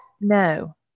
No